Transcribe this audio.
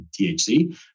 THC